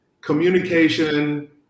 Communication